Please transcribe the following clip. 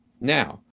Now